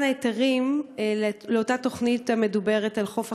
היתרים לאותה תוכנית מדוברת על חוף אכזיב.